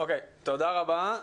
תודה רבה.